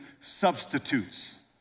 substitutes